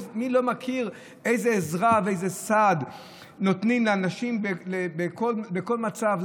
מי לא מכיר איזה עזרה ואיזה סעד נותנים לאנשים בכל מצב,